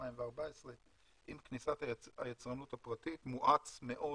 2014 עם כניסת היצרנות הפרטית מואץ מאוד